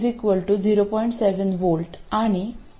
7 V आणि ID प्राप्त करू